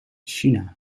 china